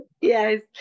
yes